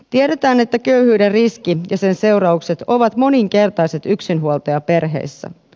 tiedetään että köyhyyden riski ja sen seuraukset ovat moninkertaiset yksinhuoltajaperheissä